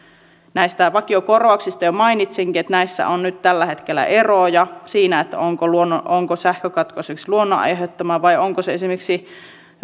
näistä vakiokorvauksista jo mainitsinkin että näissä on nyt tällä hetkellä eroja siinä onko sähkökatkos esimerkiksi luonnon aiheuttama vai onko se esimerkiksi